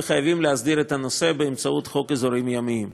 וחייבים להסדיר את הנושא באמצעות חוק אזורים ימיים.